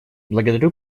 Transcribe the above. благодарю